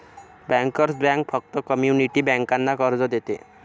bankers bank फक्त community बँकांना कर्ज देते